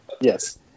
Yes